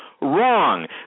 wrong